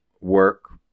work